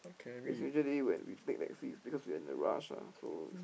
because usually when we take taxi is because we are in a rush ah so